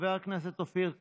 חבר הכנסת אופיר כץ,